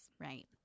right